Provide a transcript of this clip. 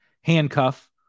handcuff